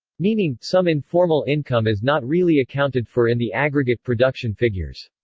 meaning, some informal income is not really accounted for in the aggregate production figures.